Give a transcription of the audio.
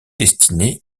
destiné